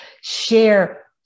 share